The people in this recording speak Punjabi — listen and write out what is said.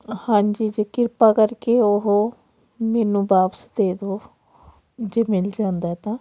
ਹਾਂਜੀ ਜੀ ਕਿਰਪਾ ਕਰਕੇ ਉਹ ਮੈਨੂੰ ਵਾਪਸ ਦੇ ਦਿਉ ਜੇ ਮਿਲ ਜਾਂਦਾ ਹੈ ਤਾਂ